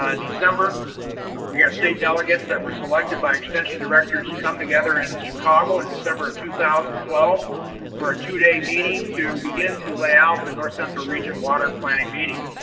ah december we have state delegates that were selected by extension directors come together in chicago and december of two thousand and twelve for two day meeting to begin to lay out the north central region water planning meeting.